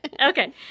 Okay